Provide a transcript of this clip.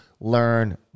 learn